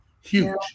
huge